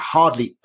hardly